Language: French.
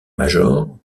major